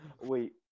Wait